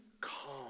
calm